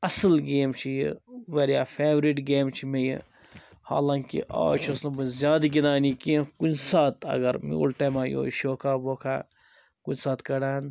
اصٕل گیم چھِ یہِ واریاہ فیورِٹ گیم چھِ مےٚ یہِ حالانٛکہ آز چھُس نہٕ بہٕ زیادٕ گِنٛدان یہِ کیٚنٛہہ کُنہِ ساتہٕ اگر میٛوٗل ٹایمہ یہٲے شوخَہ ووخَہ کُنہ ساتہٕ کَڑان